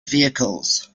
vehicles